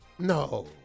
No